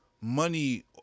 money